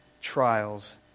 trials